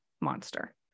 monster